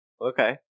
Okay